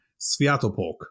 Sviatopolk